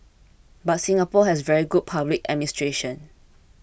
but Singapore has very good public administration